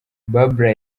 babla